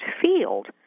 field